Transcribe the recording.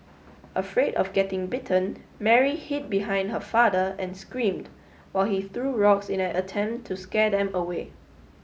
afraid of getting bitten Mary hid behind her father and screamed while he threw rocks in an attempt to scare them away